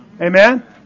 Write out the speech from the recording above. Amen